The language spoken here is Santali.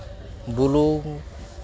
ᱵᱩᱞᱩᱝ